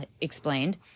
explained